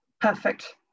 perfect